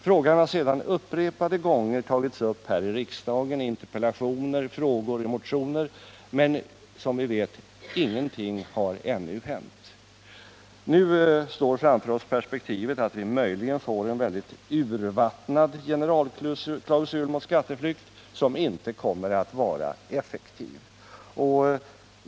Frågan har sedan upprepade gånger tagits upp här i riksdagen i interpellationer, frågor och motioner, men som vi vet har ingenting ännu hänt. Nu står framför oss perspektivet att vi möjligen får en väldigt urvattnad generalklausul mot skatteflykt, som inte kommer att vara effektiv.